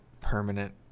permanent